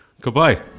Goodbye